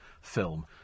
film